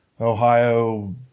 Ohio